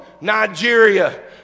Nigeria